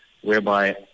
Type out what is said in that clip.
whereby